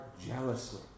jealously